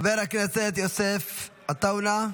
חבר הכנסת יוסף עטאונה,